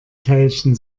teilchen